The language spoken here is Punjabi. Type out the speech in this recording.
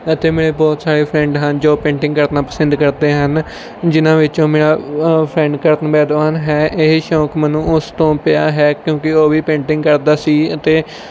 ਅਤੇ ਮੇਰੇ ਬਹੁਤ ਸਾਰੇ ਫਰੈਂਡ ਹਨ ਜੋ ਪੇਂਟਿੰਗ ਕਰਨਾ ਪਸੰਦ ਕਰਦੇ ਹਨ ਜਿਨ੍ਹਾਂ ਵਿੱਚੋਂ ਮੇਰਾ ਉਹ ਫਰੈਂਡ ਕਰਨ ਮਹਿਦਵਾਨ ਹੈ ਇਹ ਸ਼ੌਂਕ ਮੈਨੂੰ ਉਸ ਤੋਂ ਪਿਆ ਹੈ ਕਿਉਂਕਿ ਉਹ ਵੀ ਪੇਂਟਿੰਗ ਕਰਦਾ ਸੀ ਅਤੇ